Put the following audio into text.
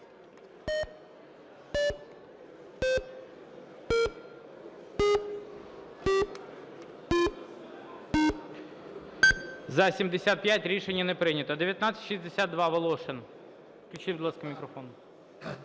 За-75 Рішення не прийнято.